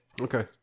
Okay